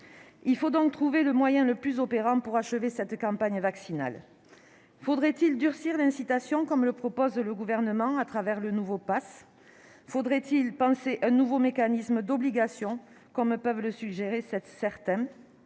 Il faut donc trouver le moyen le plus opérant pour achever cette campagne vaccinale. Faut-il durcir l'incitation, comme le propose le Gouvernement au travers du nouveau passe ? Faut-il penser un nouveau mécanisme d'obligation, comme le suggèrent certains ?